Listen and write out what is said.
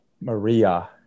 Maria